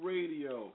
Radio